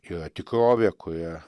yra tikrovė kuria